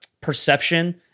perception